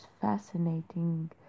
fascinating